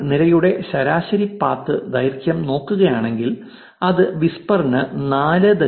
നിങ്ങൾ നിരയുടെ ശരാശരി പാത്ത് ദൈർഘ്യം നോക്കുകയാണെങ്കിൽ അത് വിസ്പറിന് 4